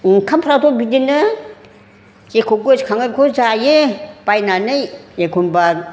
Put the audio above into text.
ओंखामफ्राबो बिदिनो जेखौ गोसोखाङो बेखौ जायो बायनानै एखमब्ला